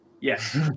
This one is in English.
Yes